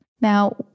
Now